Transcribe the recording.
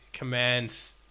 Commands